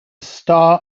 star